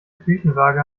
küchenwaage